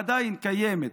עדיין קיימת.